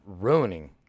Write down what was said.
ruining